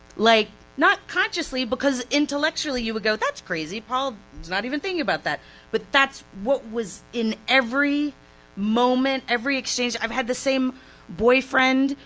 like not consciously, because intellectually you go, that's crazy, paul is not even thinking about that but that's what was in every moment, every exchange. i've had the same boyfriend,